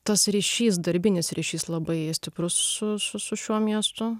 tas ryšys darbinis ryšys labai stiprus su su su šiuo miestu